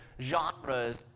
genres